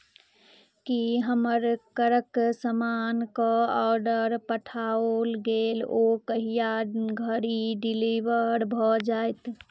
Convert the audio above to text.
की हमर घरक समानके ऑर्डर पठाओल गेल ओ कहिया धरि डिलीवर भऽ जायत